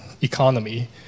economy